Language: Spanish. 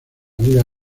liga